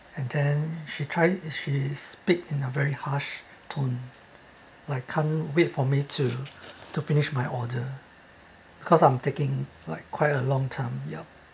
and then she tried she speak in a very harsh tone like can't wait for me to to finish my order because I'm taking like quite a long time yup